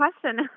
question